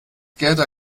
gerda